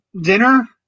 dinner